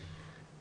חברים,